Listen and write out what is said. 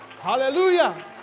Hallelujah